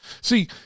See